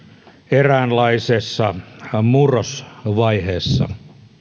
eräänlaisessa murrosvaiheessa